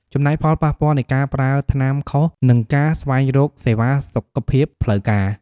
ចំណែកផលប៉ះពាល់នៃការប្រើថ្នាំខុស និងការស្វែងរកសេវាសុខភាពផ្លូវការ។